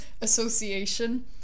Association